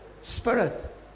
spirit